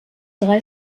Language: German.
drei